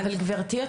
גברתי,